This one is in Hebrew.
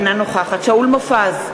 אינה נוכחת שאול מופז,